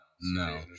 No